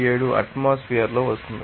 957 atmosphere ంలో వస్తుంది